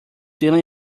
dylan